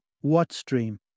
what-stream